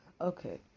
okay